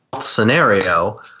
scenario